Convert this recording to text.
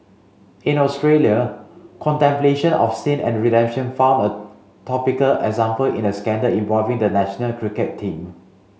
in Australia contemplation of sin and redemption found a topical example in a scandal involving the national cricket team